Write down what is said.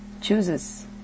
chooses